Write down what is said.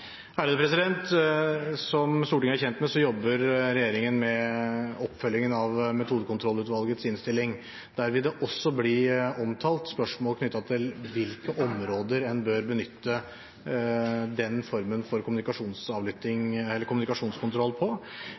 Som Stortinget er kjent med, jobber regjeringen med oppfølgingen av Metodekontrollutvalgets innstilling. Der vil det også bli omtalt spørsmål knyttet til på hvilke områder en bør benytte den formen for kommunikasjonskontroll. Vi er helt i sluttfasen med det arbeidet. Vi har tatt sikte på